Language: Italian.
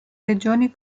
regioni